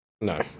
No